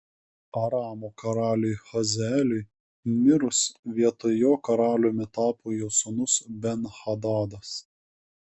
aramo karaliui hazaeliui mirus vietoj jo karaliumi tapo jo sūnus ben hadadas